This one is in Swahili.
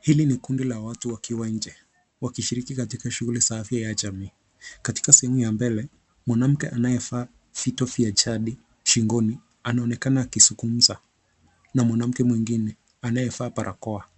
Hili ni kundi la watu wakiwa nje wakishiriki katika shughuli za afya ya jamii . Katika simu ya mbele mwanamke anayevaa vito vya chandi shingoni anaonekana akizungumza na mwanamke mwingine anaye vaa barakoa